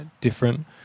different